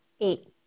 Eight